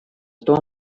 том